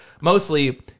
mostly